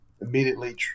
immediately